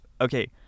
okay